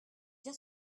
bien